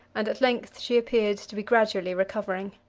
and at length she appeared to be gradually recovering.